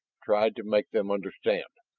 tried to make them understand.